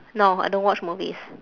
no I don't watch movies